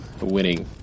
Winning